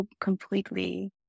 completely